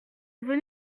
était